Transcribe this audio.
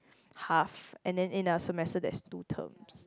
half and then in a semester there's two terms